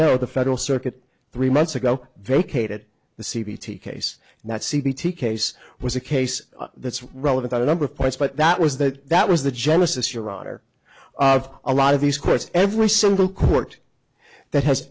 know the federal circuit three months ago vacated the c v t case that c v t case was a case that's relevant on a number of points but that was that that was the genesis you rotter of a lot of these courts every single court that has